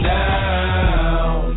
down